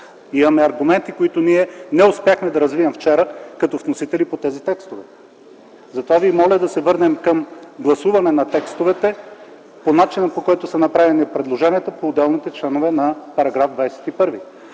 Имаме аргументи, които ние не успяхме да развием вчера като вносители по тези текстове. Затова Ви моля да се върнем към гласуване на текстовете по начина, по който са направени предложенията по отделните членове на § 21.